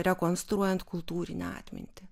rekonstruojant kultūrinę atmintį